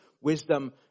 wisdom